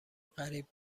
قریب